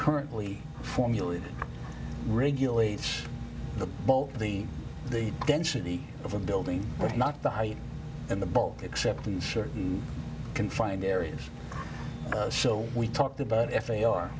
currently formulated regulates the bulk of the the density of a building but not the height and the bulk except in certain confined areas so we talked about if they are